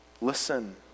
listen